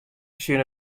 tsjin